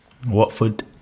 Watford